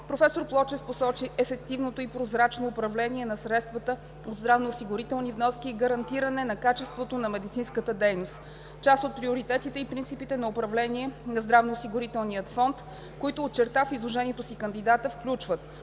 професор Плочев посочи ефективното и прозрачно управление на средствата от здравноосигурителни вноски и гарантиране на качеството на медицинската дейност. Част от приоритетите и принципите на управление на здравноосигурителния фонд, които очерта в изложението си кандидатът включват: